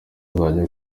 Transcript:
azajya